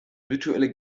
virtuelle